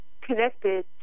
connected